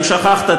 אם שכחת,